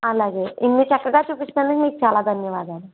అలాగే ఇన్ని చక్కగా చూపిస్తున్నారు మీకు చాలా ధన్యవాదాలు